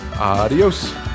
Adios